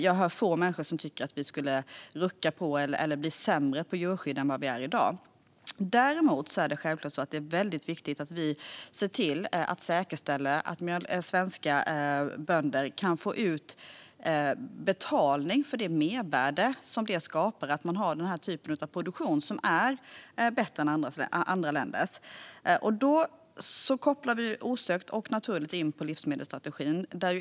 Jag hör få människor som tycker att vi skulle rucka på det eller bli sämre på djurskydd än vad vi är i dag. Däremot är det självklart viktigt att vi säkerställer att svenska bönder kan få betalning för det mervärde som det skapar att man har den här typen av produktion, som är bättre än andra länders. Då kommer vi osökt och naturligt in på livsmedelsstrategin.